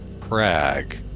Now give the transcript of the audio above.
crag